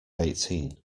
eighteen